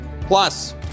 Plus